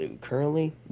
currently